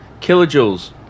kilojoules